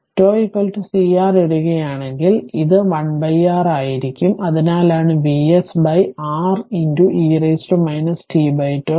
അതിനാൽ τ CR ഇടുകയാണെങ്കിൽ അത് 1 R ആയിരിക്കും അതിനാലാണ് Vs R e t τ